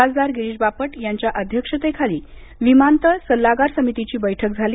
खासदार गिरीश बापट यांच्या अध्यक्षतेखाली विमानतळ सल्लागार समितीची बैठक झाली